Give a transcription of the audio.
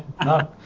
no